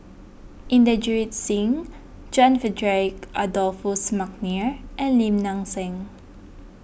Inderjit Singh John Frederick Adolphus McNair and Lim Nang Seng